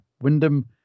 Wyndham